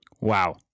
Wow